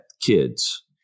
kids